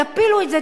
יפילו את זה,